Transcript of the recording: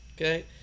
Okay